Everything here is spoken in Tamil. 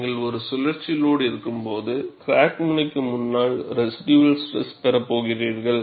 நீங்கள் ஒரு சுழற்சி லோடு இருக்கும்போது கிராக் முனைக்கு முன்னால் ரெசிடுயல் ஸ்ட்ரெஸ் பெறப்போகிறீர்கள்